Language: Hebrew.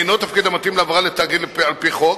אינו תפקיד המתאים להעברה לתאגיד על-פי חוק,